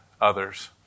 others